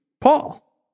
Paul